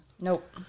Nope